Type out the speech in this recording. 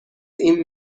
این